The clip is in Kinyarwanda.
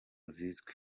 zizwi